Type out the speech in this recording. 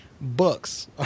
books